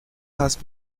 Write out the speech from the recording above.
has